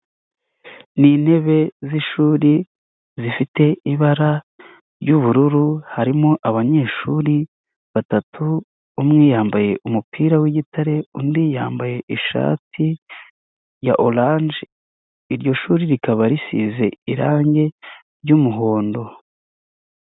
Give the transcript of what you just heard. Ni intebe z'ishuri zifite ibara ry'ubururu, harimo abanyeshuri batatu umwe yambaye umupira w'igitare undi yambaye ishati ya oranje, iryo shuri rikaba risize irange ry'umuhondo.